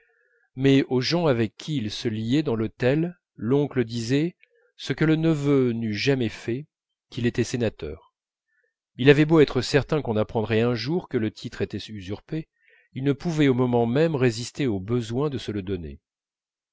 mais aux gens avec qui il se liait dans l'hôtel l'oncle disait ce que le neveu n'eût jamais fait qu'il était sénateur il avait beau être certain qu'on apprendrait un jour que le titre était usurpé il ne pouvait au moment même résister au besoin de se le donner